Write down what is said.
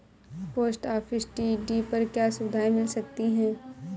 Post office TD पर क्या सुविधाएँ मिल सकती है?